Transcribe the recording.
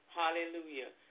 hallelujah